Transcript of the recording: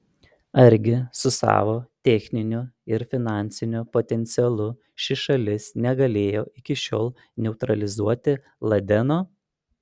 argi su savo techniniu ir finansiniu potencialu ši šalis negalėjo iki šiol neutralizuoti ladeno